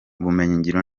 ubumenyingiro